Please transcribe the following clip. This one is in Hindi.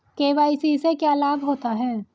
के.वाई.सी से क्या लाभ होता है?